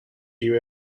you